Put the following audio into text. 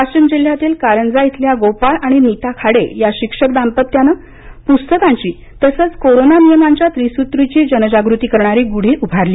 वाशीम जिल्ह्यातील कारंजा इथल्या गोपाळ आणि नीता खाडे या शिक्षक दाम्पत्यानं पुस्तकांची तसंच कोरोना त्रिसूत्रीची जनजागृती करणारी गुढी उभारली